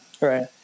Right